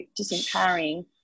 disempowering